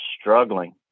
struggling